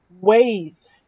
ways